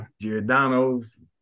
Giordano's